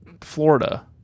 Florida